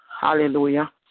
Hallelujah